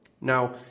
Now